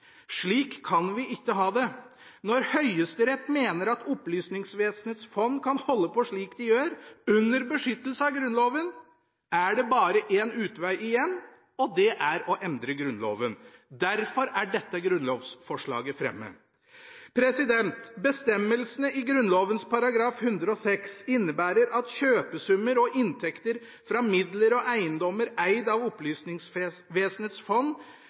Slik kan vi ikke ha det. Når Høyesterett mener at Opplysningsvesenets fond kan holde på slik de gjør, under beskyttelse av Grunnloven, er det bare én utvei igjen, og det er å endre Grunnloven. Derfor er dette grunnlovsforslaget fremmet. Bestemmelsene i Grunnloven § 106 innebærer at kjøpesummer og inntekter fra midler og eiendommer eid av Opplysningsvesenets fond,